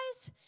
guys